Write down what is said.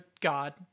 God